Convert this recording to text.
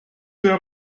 der